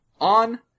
on